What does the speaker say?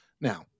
Now